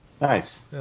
Nice